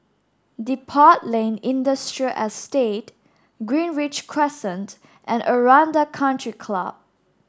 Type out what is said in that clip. Depot Lane Industrial Estate Greenridge Crescent and Aranda Country Club